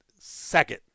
second